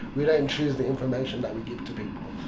we don't choose the information that we give to people.